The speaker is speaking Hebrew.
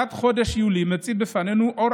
תחילת חודש יולי מדליקה בפנינו אור